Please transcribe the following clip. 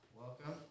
welcome